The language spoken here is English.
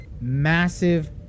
massive